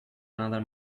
another